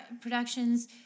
productions